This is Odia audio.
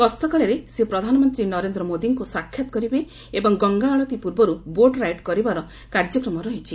ଗସ୍ତକାଳରେ ସେ ପ୍ରଧାନମନ୍ତ୍ରୀ ନରେନ୍ଦ୍ର ମୋଦିଙ୍କୁ ସାକ୍ଷାତ କରିବେ ଏବଂ ଗଙ୍ଗା ଆଳତୀ ପୂର୍ବରୁ ବୋଟ୍ ରାଇଡ୍ କରିବାର କାର୍ଯ୍ୟକ୍ରମ ରହିଛି